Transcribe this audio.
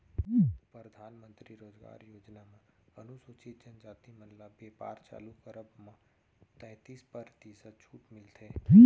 परधानमंतरी रोजगार योजना म अनुसूचित जनजाति मन ल बेपार चालू करब म तैतीस परतिसत छूट मिलथे